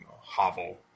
hovel